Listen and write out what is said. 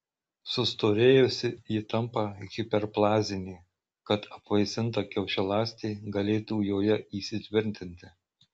sustorėjusi ji tampa hiperplazinė kad apvaisinta kiaušialąstė galėtų joje įsitvirtinti